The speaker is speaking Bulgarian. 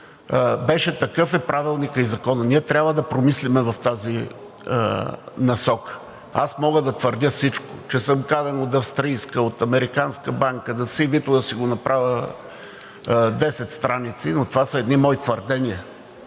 беше – такъв е Правилникът и Законът. Ние трябва да промислим в тази насока. Аз мога да твърдя всичко – че съм канен от австрийска, от американска банка, CV-то да си го направя 10 страници, но това са едни мои твърдения.